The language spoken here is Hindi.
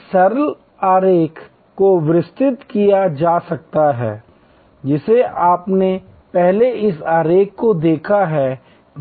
इस सरल आरेख को विस्तृत किया जा सकता है जिसे आपने पहले इस आरेख को देखा है